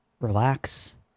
relax